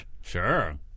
Sure